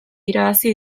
irabazi